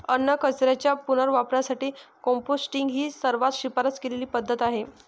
अन्नकचऱ्याच्या पुनर्वापरासाठी कंपोस्टिंग ही सर्वात शिफारस केलेली पद्धत आहे